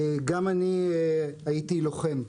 גם אני הייתי לוחם,